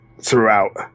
throughout